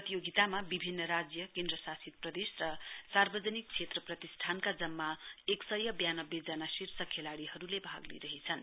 प्रतियोगितामा विभिन्न राज्य केन्द्रशासित प्रदेश र सार्वजनिक क्षेत्र प्रतिष्ठानका जम्मा एकसय ब्यानब्बेजना शीर्ष खेलाड़ीहरूले भाग लिइरहेछन्